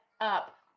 up